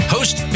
Host